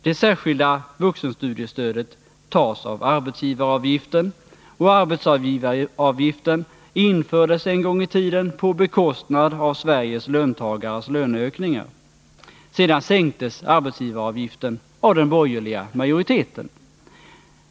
Det särskilda vuxenstudiestödet tas av arbetsgivaravgiften. Och arbetsgivaravgiften infördes en gång i tiden på bekostnad av Sveriges löntagares löneökningar. Sedan sänktes arbetsgivaravgiften av den borgerliga majoriteten.